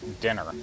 dinner